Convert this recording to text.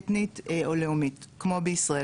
אתנית או לאומית כמו בישראל,